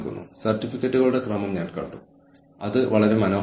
ചില ആളുകൾ അവർ എങ്ങനെ അവരുടെ ജോലിക്കായി ആസൂത്രണം ചെയ്യുന്നു